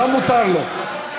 מותר לו, מותר לו.